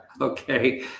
okay